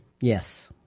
Yes